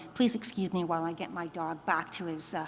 please excuse me while i get my dog back to his